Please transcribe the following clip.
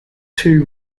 two